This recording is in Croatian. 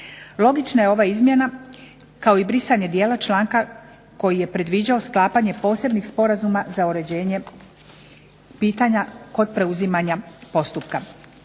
logična je ova izmjena kao i brisanje dijela članka koji je predviđao sklapanje posebnih sporazuma za uređenje pitanja kod preuzimanja postupka.